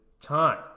time